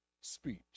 speech